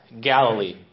galilee